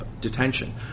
detention